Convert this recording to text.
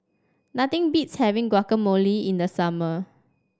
nothing beats having Guacamole in the summer